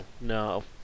no